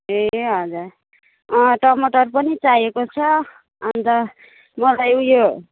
ए हजुर टमाटर पनि चाहिएको छ अन्त मलाई उयो